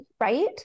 right